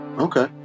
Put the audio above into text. okay